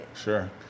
Sure